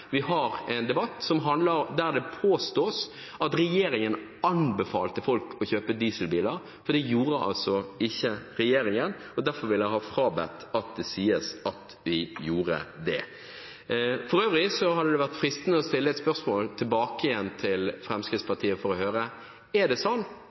vi har en debatt der det påstås at regjeringen anbefalte folk å kjøpe dieselbiler. Det gjorde ikke regjeringen, og derfor vil jeg ha meg frabedt at det sies at vi gjorde det. For øvrig hadde det vært fristende å stille et spørsmål tilbake til Fremskrittspartiet for å høre: Er det sånn